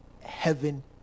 heaven